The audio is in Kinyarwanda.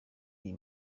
iyi